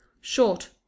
short